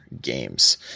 games